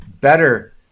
better